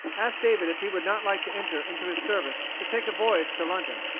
asked david if he would not like to enter into his service to take a voyage to london.